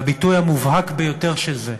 והביטוי המובהק ביותר של זה,